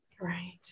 Right